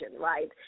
right